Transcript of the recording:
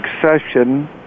succession